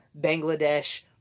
Bangladesh